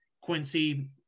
Quincy